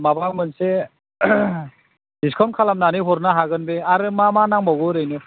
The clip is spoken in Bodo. माबा मोनसे डिस्काउन्ट खालामनानै हरनो हागोन बे आरो मा मा नांबावगौ ओरैनो